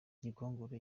gikongoro